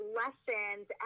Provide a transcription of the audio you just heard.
lessons